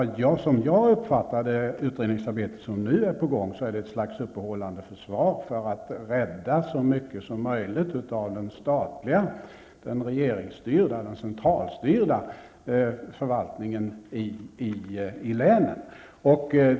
Det utredningsarbete som nu är på gång uppfattar jag som ett slags uppehållande försvar för att rädda så mycket som möjligt av den statliga, den regeringsstyrda och centralstyrda förvaltningen i länen.